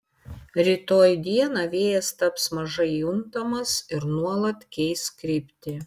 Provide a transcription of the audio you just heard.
rytoj dieną vėjas taps mažai juntamas ir nuolat keis kryptį